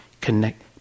connect